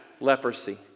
leprosy